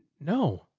no,